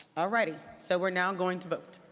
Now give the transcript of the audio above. ah righty. so we're now going to vote.